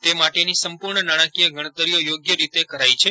તે માટેની સંપૂર્ણ નાણાકીય ગણતરીઓ યોગ્ય રીતે કરાઇ છે